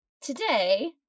today